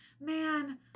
man